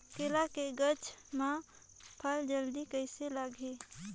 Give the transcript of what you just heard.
केला के गचा मां फल जल्दी कइसे लगही?